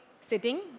sitting